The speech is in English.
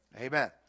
Amen